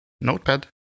notepad